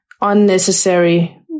unnecessary